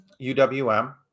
UWM